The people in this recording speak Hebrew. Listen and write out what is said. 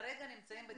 כרגע נמצאים בדיפלומט.